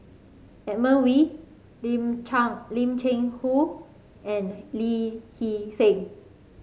Edmund Wee Lim Lim Cheng Hoe and Lee Hee Seng